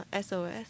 SOS